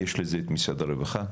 יש לזה את משרד הרווחה.